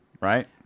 right